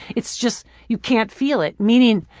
it's just. you can't feel it, meaning,